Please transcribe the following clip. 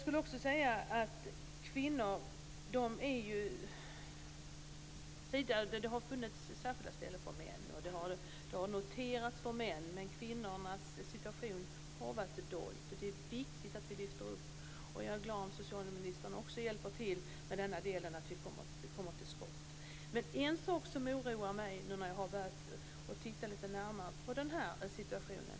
Det har funnits särskilda ställen för män, och männens situation har noterats. Men kvinnornas situation har varit dold. Det är viktigt att vi lyfter fram den. Jag är glad om socialministern också hjälper till med detta, så att vi kommer till skott. Jag har nu tittat lite närmare på den här situationen.